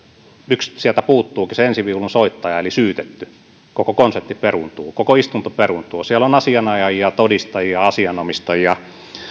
yksi sieltä puuttuukin se ensiviulun soittaja eli syytetty koko konsertti peruuntuu koko istunto peruuntuu siellä on asianajajia todistajia asianomistajia